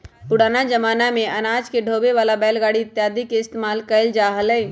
पुराना जमाना में अनाज के ढोवे ला बैलगाड़ी इत्यादि के इस्तेमाल कइल जा हलय